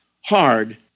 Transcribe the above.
hard